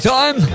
time